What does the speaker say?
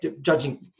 judging